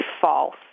false